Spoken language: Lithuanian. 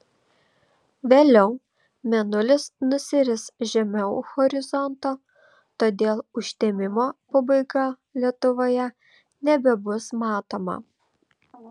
vėliau mėnulis nusiris žemiau horizonto todėl užtemimo pabaiga lietuvoje nebebus matoma